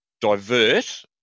divert